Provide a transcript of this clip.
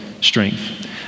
strength